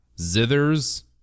zithers